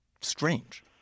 strange